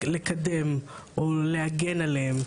לקדם או להגן עליהם.